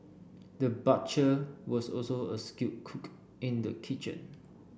the butcher was also a skilled cook in the kitchen